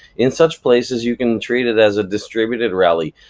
in such places, you can treat it as a distributed rally,